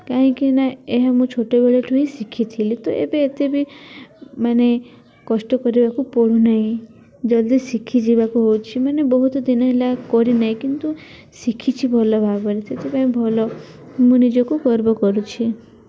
କାହିଁକି ନା ଏହା ମୁଁ ଛୋଟବେଳେଠୁ ହିଁ ଶିଖିଥିଲି ତ ଏବେ ଏତେ ବି ମାନେ କଷ୍ଟ କରିବାକୁ ପଡ଼ୁନାହିଁ ଜଲଦି ଶିଖିଯିବାକୁ ହଉଛି ମାନେ ବହୁତ ଦିନ ହେଲା କରିନାହିଁ କିନ୍ତୁ ଶିଖିଛି ଭଲ ଭାବରେ ସେଥିପାଇଁ ଭଲ ମୁଁ ନିଜକୁ ଗର୍ବ କରୁଛି